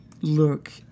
look